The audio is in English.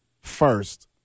first